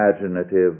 imaginative